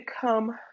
come